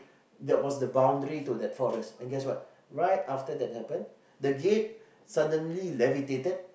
that was the boundary to that forest and guess what right after that happen the gate suddenly levitated